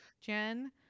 Jen